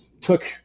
took